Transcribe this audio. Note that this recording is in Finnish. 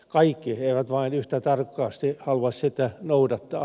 kaikki eivät vain yhtä tarkasti halua sitä noudattaa